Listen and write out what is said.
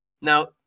Now